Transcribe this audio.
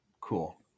cool